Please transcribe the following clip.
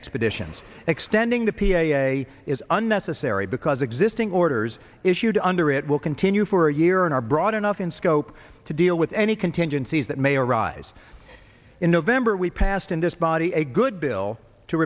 expeditions extending the p a is unnecessary because existing orders issued under it will continue for a year and are broad enough in scope to deal with any contingencies that may arise in november we passed in this body a good bill to